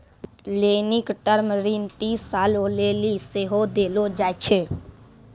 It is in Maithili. लेनिक टर्म ऋण तीस सालो लेली सेहो देलो जाय छै